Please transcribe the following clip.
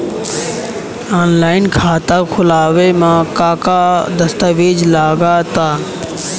Online खाता खूलावे म का का दस्तावेज लगा ता?